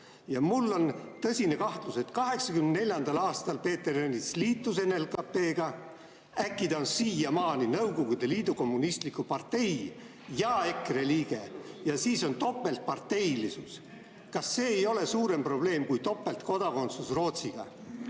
Ja mul on tõsine kahtlus, et 1984. aastal Peeter Ernits liitus NLKP-ga ja äkki ta on siiamaani Nõukogude Liidu Kommunistliku Partei ja EKRE liige ja siis on topeltparteilisus. Kas see ei ole suurem probleem kui topeltkodakondsus Rootsiga?